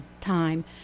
time